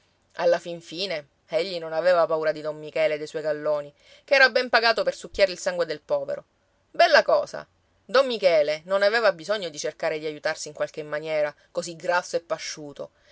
alla fin fine egli non aveva paura di don michele e dei suoi galloni che era ben pagato per succhiare il sangue del povero bella cosa don michele non aveva bisogno di cercare di aiutarsi in qualche maniera così grasso e pasciuto